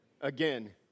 again